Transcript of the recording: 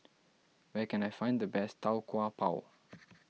where can I find the best Tau Kwa Pau